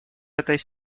этой